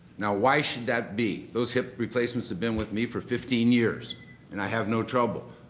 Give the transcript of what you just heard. now, why should that be? those hip replacements have been with me for fifteen years and i have no trouble.